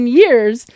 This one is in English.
years